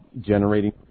generating